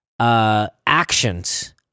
actions